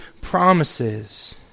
promises